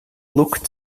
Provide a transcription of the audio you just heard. looked